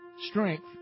strength